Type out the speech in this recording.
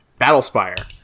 Battlespire